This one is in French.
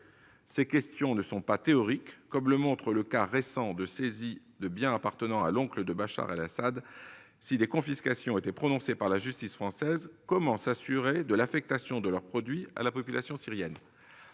Ces questions ne sont pas théoriques, comme le montre le cas récent de la saisie de biens appartenant à l'oncle de Bachar el-Assad : si des confiscations étaient prononcées par la justice française dans cette affaire, comment s'assurerait-on de l'affectation de leur produit à la population syrienne ?